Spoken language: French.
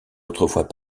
autrefois